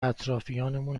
اطرافیانمون